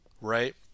right